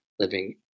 living